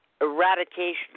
eradication